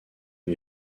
lui